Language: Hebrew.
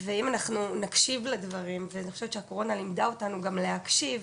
ואם אנחנו נקשיב לדברים ואני חושבת שהקורונה לימדה אותנו גם להקשיב